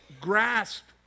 grasp